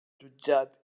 jutjat